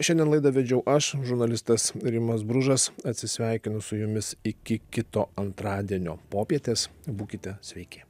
šiandien laidą vedžiau aš žurnalistas rimas bružas atsisveikinu su jumis iki kito antradienio popietės būkite sveiki